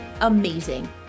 amazing